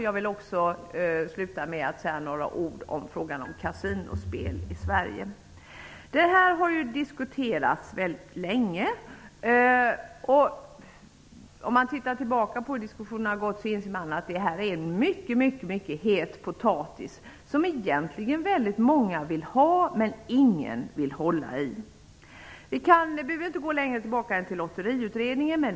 Jag vill avsluta med att säga några ord om kasinospel i Sverige. Frågan har diskuterats väldigt länge. Om man ser tillbaka på hur diskussionerna har varit inser man att det är en het potatis som egentligen väldigt många vill ha men ingen vill hålla i. Vi behöver inte gå längre tillbaka än till Lotteriutredningen.